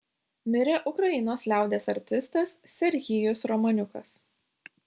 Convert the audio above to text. mirė ukrainos liaudies artistas serhijus romaniukas